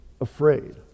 afraid